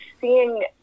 seeing